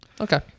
okay